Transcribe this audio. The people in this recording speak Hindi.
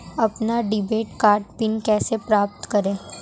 अपना डेबिट कार्ड पिन कैसे प्राप्त करें?